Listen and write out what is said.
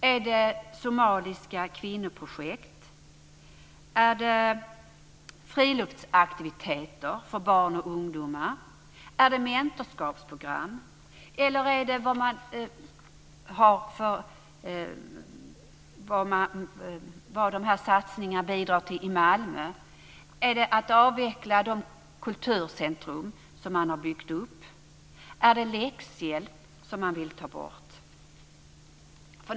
Är det somaliska kvinnoprojekt? Är det friluftsaktiviteter för barn och ungdomar? Är det mentorskapsprogram? Eller är det vad dessa satsningar bidrar till i Malmö? Är det att avveckla de kulturcentrum som man har byggt upp? Är det läxhjälpen man vill ta bort?